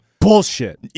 bullshit